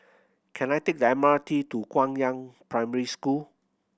can I take the M R T to Guangyang Primary School